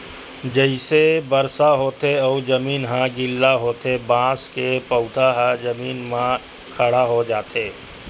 जइसे बरसा होथे अउ जमीन ह गिल्ला होथे बांस के पउधा ह जमीन म खड़ा हो जाथे